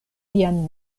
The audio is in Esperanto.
lian